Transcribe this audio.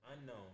Unknown